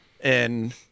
and-